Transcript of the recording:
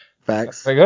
facts